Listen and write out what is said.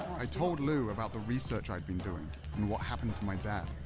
i told lou about the research i'd been doing and what happened to my dad,